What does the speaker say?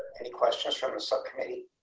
any questions from the subcommittee.